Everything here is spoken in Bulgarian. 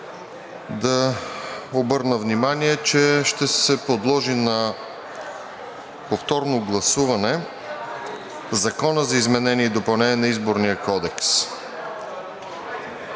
да обърна внимание, че ще се подложи на повторно гласуване Законът за изменение и допълнение на Изборния кодекс.